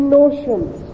notions